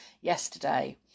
yesterday